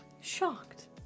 Shocked